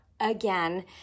again